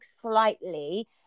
slightly